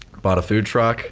bought a food truck